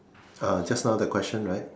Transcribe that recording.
ah just now that's question right